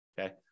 okay